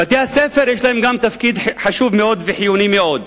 לבתי-הספר יש גם כן תפקיד חשוב וחיוני מאוד.